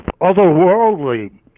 otherworldly